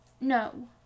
No